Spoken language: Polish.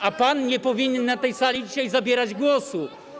A pan nie powinien na tej sali dzisiaj zabierać głosu.